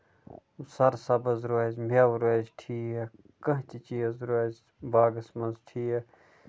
سر سَبٕز روزِ میوٕ روزِ ٹھیٖک کانٛہہ تہِ چیٖز روزِ باغَس منٛز ٹھیٖک